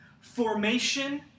Formation